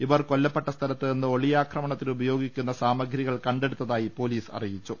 ഇവർ കൊല്ലപ്പെട്ട സ്ഥലത്തു നിന്ന് ഒളിയാക്രമണത്തിന് ഉപയോഗിക്കുന്ന സാമഗ്രി കൾ കണ്ടെടുത്തായി പൊലീസ് അറിയിച്ചു